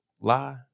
lie